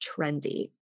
trendy